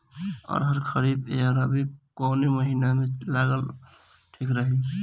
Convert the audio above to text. अरहर खरीफ या रबी कवने महीना में लगावल ठीक रही?